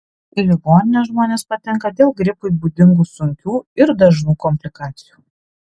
į ligoninę žmonės patenka dėl gripui būdingų sunkių ir dažnų komplikacijų